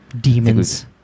Demons